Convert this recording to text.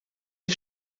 die